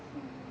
mm